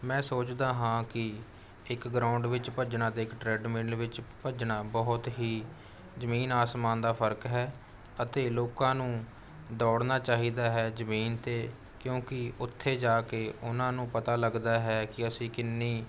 ਮੈਂ ਸੋਚਦਾ ਹਾਂ ਕਿ ਇੱਕ ਗਰਾਊਂਡ ਵਿੱਚ ਭੱਜਣਾ ਅਤੇ ਇੱਕ ਟ੍ਰੈਡਮਿਲ ਵਿੱਚ ਭੱਜਣਾ ਬਹੁਤ ਹੀ ਜ਼ਮੀਨ ਅਸਮਾਨ ਦਾ ਫ਼ਰਕ ਹੈ ਅਤੇ ਲੋਕਾਂ ਨੂੰ ਦੌੜਨਾ ਚਾਹੀਦਾ ਹੈ ਜ਼ਮੀਨ 'ਤੇ ਕਿਉਂਕਿ ਉੱਥੇ ਜਾ ਕੇ ਉਨ੍ਹਾਂ ਨੂੰ ਪਤਾ ਲੱਗਦਾ ਹੈ ਕਿ ਅਸੀਂ ਕਿੰਨੀ